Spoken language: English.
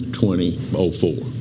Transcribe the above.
2004